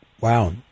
Wow